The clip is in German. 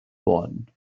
worden